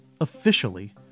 officially